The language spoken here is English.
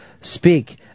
speak